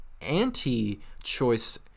anti-choice